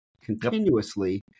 continuously